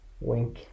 wink